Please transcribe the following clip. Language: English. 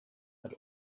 had